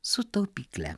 su taupykle